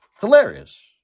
Hilarious